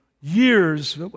years